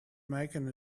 making